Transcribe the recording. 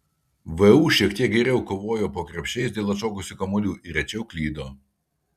vu šiek tiek geriau kovojo po krepšiais dėl atšokusių kamuolių ir rečiau klydo